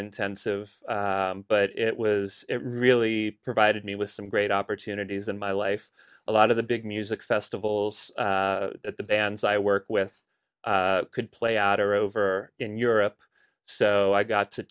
intensive but it was it really provided me with some great opportunities in my life a lot of the big music festivals that the bands i work with could play out or over in europe so i got to